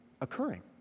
occurring